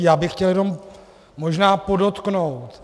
Já bych chtěl jenom možná podotknout.